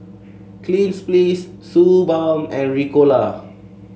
Cleanz Please Suu Balm and Ricola